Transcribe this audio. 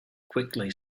quickly